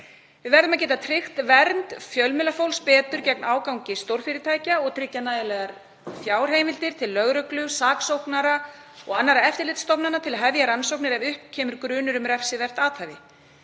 Við verðum að geta tryggt vernd fjölmiðlafólks betur gegn ágangi stórfyrirtækja og tryggt nægjanlegar fjárheimildir til lögreglu, saksóknara og annarra eftirlitsstofnana til að hefja rannsókn ef upp kemur grunur um refsivert athæfi.